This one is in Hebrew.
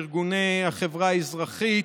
מארגוני החברה האזרחית.